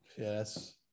Yes